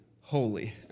holy